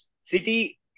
city